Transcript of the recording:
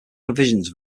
provisions